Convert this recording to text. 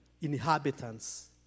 inhabitants